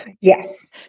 Yes